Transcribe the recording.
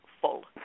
full